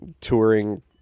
touring